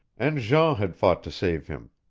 and jean had fought to save him,